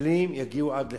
הטילים יגיעו עד לחיפה.